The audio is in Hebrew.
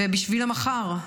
ול"בשביל המחר".